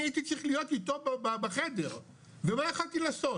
אני הייתי צריך להיות איתו בחדר ומה יכולתי לעשות?